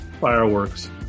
Fireworks